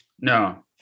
no